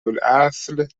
الاصل